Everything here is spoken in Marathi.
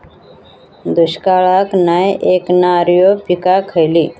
दुष्काळाक नाय ऐकणार्यो पीका खयली?